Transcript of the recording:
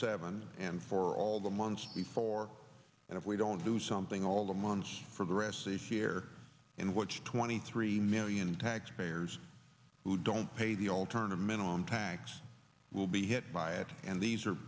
seven and for all the months before and if we don't do something all the months for the rest see here in which twenty three million taxpayers who don't pay the alternative minimum tax will be hit by it and these are